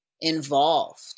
involved